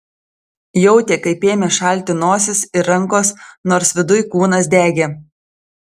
jautė kaip ėmė šalti nosis ir rankos nors viduj kūnas degė